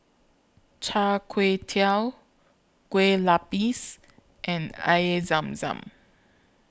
Char Kway Teow Kue Lupis and Air Zam Zam